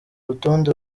rutonde